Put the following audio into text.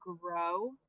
grow